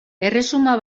erresuma